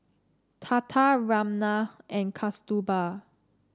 Tata Ramnath and Kasturba